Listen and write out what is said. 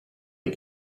est